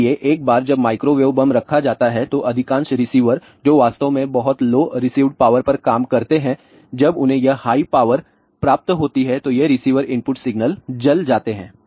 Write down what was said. इसलिए एक बार जब माइक्रोवेव बम रखा जाता है तो अधिकांश रिसीवर जो वास्तव में बहुत लो रिसीवड पावर पर काम करते हैं जब उन्हें यह बहुत हाई पावर प्राप्त होती है तो ये रिसीवर इनपुट सिग्नल जल जाते हैं